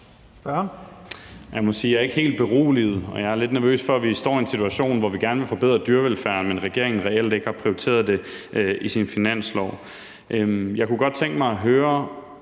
jeg ikke er helt beroliget. Jeg er lidt nervøs for, at vi står i en situation, hvor vi gerne vil forbedre dyrevelfærden, men at regeringen reelt ikke har prioriteret det i sin finanslov. Jeg kunne godt tænke mig at høre,